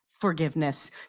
forgiveness